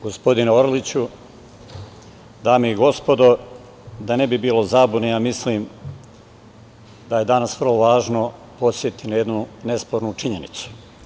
Gospodine Orliću, dame i gospodo, da ne bi bilo zabune, ja mislim da je danas vrlo važno podsetiti na jednu nespornu činjenicu.